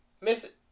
Miss